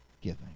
giving